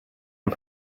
and